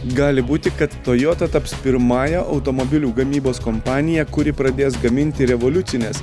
gali būti kad toyota taps pirmąja automobilių gamybos kompanija kuri pradės gaminti revoliucines